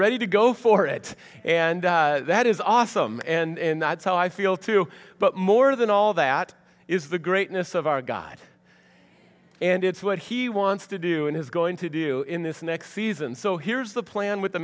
ady to go for it and that is awesome and that's how i feel too but more than all that is the greatness of our god and it's what he wants to do and is going to do in this next season so here's the plan with the